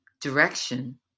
direction